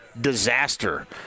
disaster